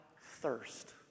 thirst